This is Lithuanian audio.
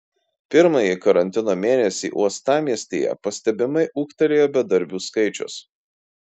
pirmąjį karantino mėnesį uostamiestyje pastebimai ūgtelėjo bedarbių skaičius